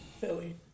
Philly